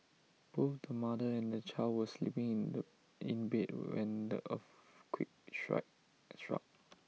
both the mother and the child were sleeping in the in bed when the earthquake struck